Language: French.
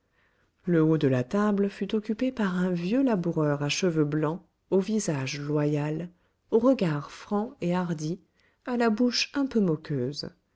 le haut de la table fut occupé par un vieux laboureur à cheveux blancs au visage loyal au regard franc et hardi à la bouche un peu moqueuse